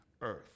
earth